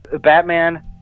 Batman